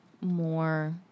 more